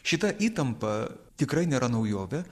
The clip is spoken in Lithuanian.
šita įtampa tikrai nėra naujovė